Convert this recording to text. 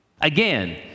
again